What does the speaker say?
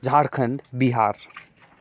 Jharkhand Bihar